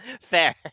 Fair